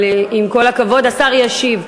עם כל הכבוד, השר ישיב.